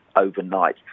overnight